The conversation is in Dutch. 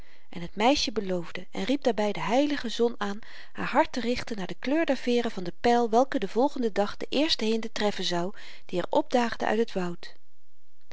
en het meisje beloofde en riep daarby de heilige zon aan haar hart te richten naar de kleur der veeren van den pyl welke den volgenden dag de eerste hinde treffen zou die er opdaagde uit het woud